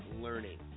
learning